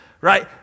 Right